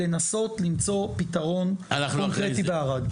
לנסות למצוא פתרון קונקרטי בערד.